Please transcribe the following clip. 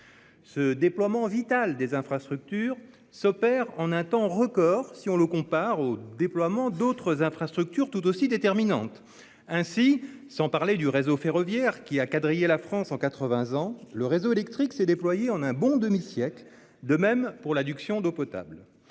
Ce déploiement vital des infrastructures s'effectue en un temps record si on le compare au déploiement d'autres infrastructures tout aussi déterminantes. Ainsi, sans parler du réseau ferroviaire, qui a quadrillé la France en quatre-vingts ans, le réseau électrique s'est déployé sur un bon demi-siècle, de même que le réseau d'adduction d'eau potable.